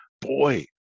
boy